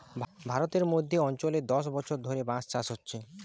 ভারতের মধ্য অঞ্চলে দশ বছর ধরে বাঁশ চাষ হচ্ছে